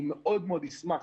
אני מאוד מאוד אשמח